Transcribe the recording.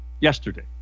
yesterday